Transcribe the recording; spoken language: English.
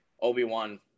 Obi-Wan